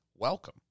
Welcome